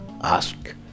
ask